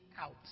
out